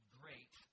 great